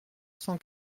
cent